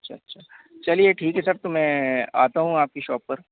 अच्छा अच्छा चलिए ठीक है सर तो मैं आता हूँ आपकी शॉप पर